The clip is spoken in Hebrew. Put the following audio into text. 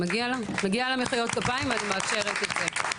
מגיעה לה מחיאות כפיים אני מאשרת את זה.